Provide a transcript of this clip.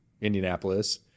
Indianapolis